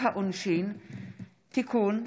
לענייני משפחה (תיקון,